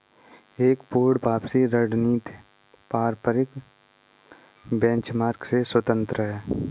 एक पूर्ण वापसी रणनीति पारंपरिक बेंचमार्क से स्वतंत्र हैं